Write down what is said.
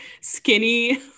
skinny